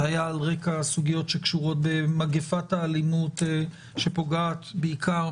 זה היה על רקע הסוגיות שקשורות במגפת האלימות שפוגעת בעיקר